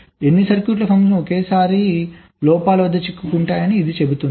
ఎన్ని సర్క్యూట్ల పంక్తులు ఒకేసారి లోపాల వద్ద చిక్కుకుంటాయని ఇది చెబుతుంది